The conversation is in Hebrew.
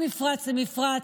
ממפרץ למפרץ.